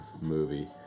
movie